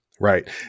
right